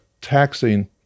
taxing